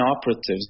operatives